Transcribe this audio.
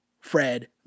Fred